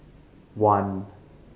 one